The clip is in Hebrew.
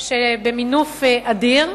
של מינוף אדיר.